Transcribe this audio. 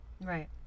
Right